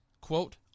quote